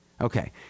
Okay